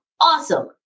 Awesome